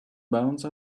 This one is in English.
bounce